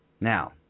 Now